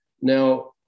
Now